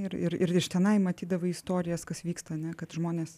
ir ir ir iš tenai matydavai istorijas kas vyksta ane kad žmonės